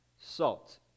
salt